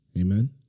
Amen